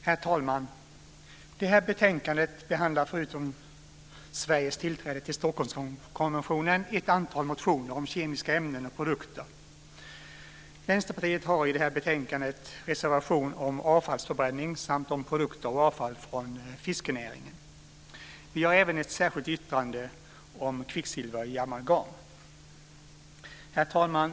Herr talman! Det här betänkandet behandlar förutom Sveriges tillträde till Stockholmskonventionen ett antal motioner om kemiska ämnen och produkter. Vänsterpartiet har i betänkandet reservation om avfallsförbränning samt om produkter och avfall från fiskenäringen. Vi har även ett särskilt yttrande om kvicksilver i amalgam. Herr talman!